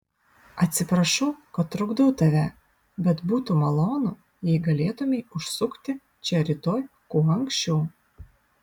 atsiprašau kad trukdau tave bet būtų malonu jei galėtumei užsukti čia rytoj kuo anksčiau